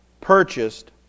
purchased